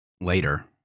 Later